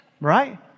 Right